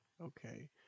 Okay